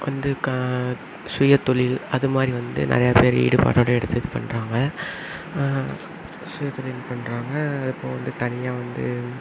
வந்து கா சுயத்தொழில் அது மாதிரி வந்து நிறையா பேரு ஈடுபாடோட எடுத்து இது பண்றாங்க சுயத்தொழில் பண்றாங்க இப்போது வந்து தனியாக வந்து